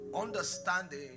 understanding